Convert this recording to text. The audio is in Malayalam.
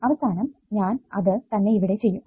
അവസാനം ഞാൻ അത് തന്നെ ഇവിടെ ചെയ്യും